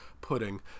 pudding